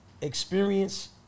experience